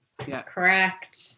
correct